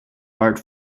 bart